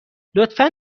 لطفا